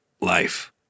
life